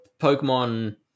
Pokemon